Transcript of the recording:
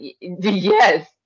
Yes